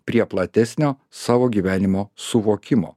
prie platesnio savo gyvenimo suvokimo